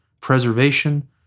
preservation